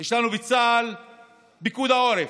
יש לנו בצה"ל את פיקוד העורף,